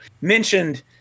mentioned